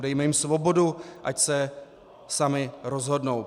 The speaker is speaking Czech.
Dejme jim svobodu, ať se sami rozhodnou.